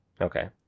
Okay